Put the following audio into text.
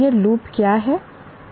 यह लूप क्या है